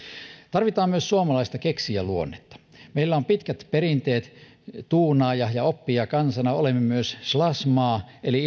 tarvitaan myös suomalaista keksijäluonnetta meillä on pitkät perinteet tuunaaja ja oppijakansana olemme myös slush maa eli